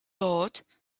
heart